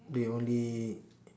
they only